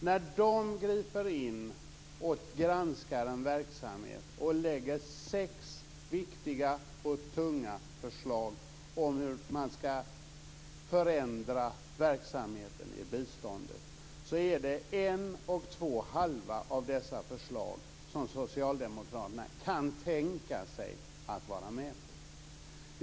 När de griper in och granskar en verksamhet och lägger fram sex viktiga och tunga förslag om hur man ska förändra verksamheten i biståndet är det ett helt och två halva av dessa förslag som Socialdemokraterna kan tänka sig att vara med på.